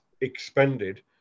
expended